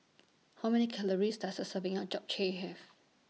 How Many Calories Does A Serving of Japchae Have